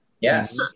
Yes